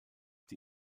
die